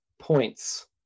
points